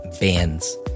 bands